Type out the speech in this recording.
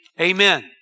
Amen